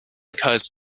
occurs